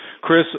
Chris